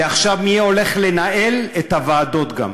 ועכשיו מי הולך לנהל את הוועדות גם?